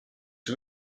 you